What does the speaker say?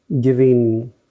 giving